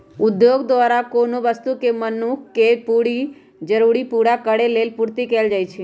उद्योग द्वारा कोनो वस्तु के मनुख के जरूरी पूरा करेलेल पूर्ति कएल जाइछइ